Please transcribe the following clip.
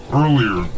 earlier